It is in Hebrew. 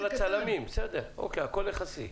בסדר, הכול יחסי.